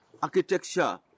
Architecture